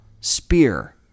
spear